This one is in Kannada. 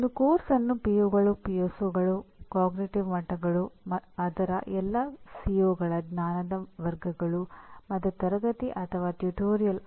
ಇಲ್ಲಿ ಪ್ರಮುಖ ಪದವು "ಅಗತ್ಯ" ಎಂಬುದನ್ನು ದಯವಿಟ್ಟು ಗಮನಿಸಿ